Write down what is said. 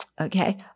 Okay